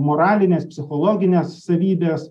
moralines psichologines savybes